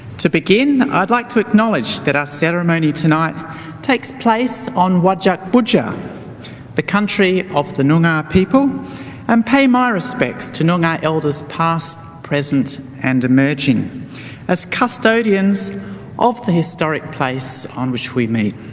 to begin, i'd like to acknowledge that our ceremony tonight takes place on whadjuk booja the country of the noongar people and pay my respects to noongar elders past, present, and emerging as custodians of the historic places on which we meet.